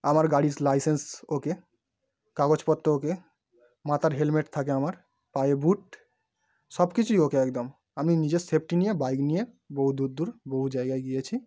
আমার গাড়ি স লাইসেন্স ওকে কাগজপত্র ওকে মাথার হেলমেট থাকে আমার পায়ে বুট সব কিছুই ওকে একদম আমি নিজের সেফটি নিয়ে বাইক নিয়ে বহু দূর দূর বহু জায়গায় গিয়েছি